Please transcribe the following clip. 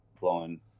blowing